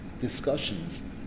discussions